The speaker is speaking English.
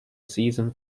season